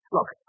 Look